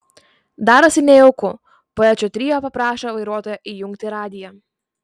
darosi nejauku poečių trio paprašo vairuotojo įjungti radiją